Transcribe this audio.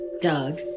Doug